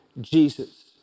Jesus